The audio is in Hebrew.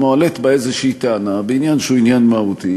מועלית בה איזו טענה בעניין שהוא עניין מהותי.